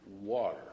water